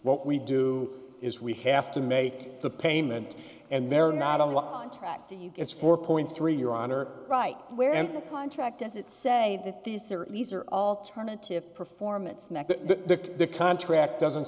what we do is we have to make the payment and they're not only on track to you it's four point three your honor right where and the contract doesn't say that these are these are alternative performance met that the contract doesn't